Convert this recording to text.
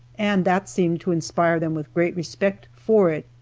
and that seemed to inspire them with great respect for it.